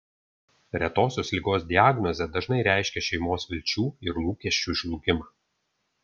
retosios ligos diagnozė dažnai reiškia šeimos vilčių ir lūkesčių žlugimą